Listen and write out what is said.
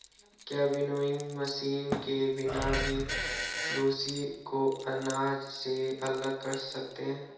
क्या winnowing machine के बिना भी भूसी को अनाज से अलग कर सकते हैं?